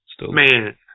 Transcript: Man